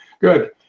good